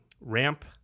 Ramp